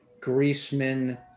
Griezmann